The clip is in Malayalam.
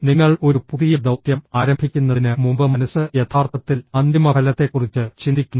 നിങ്ങൾ ഒരു പുതിയ ദൌത്യം ആരംഭിക്കുന്നതിന് മുമ്പ് മനസ്സ് യഥാർത്ഥത്തിൽ അന്തിമഫലത്തെക്കുറിച്ച് ചിന്തിക്കുന്നു